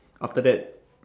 after that